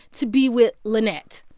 to be with lynette.